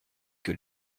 que